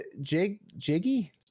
jiggy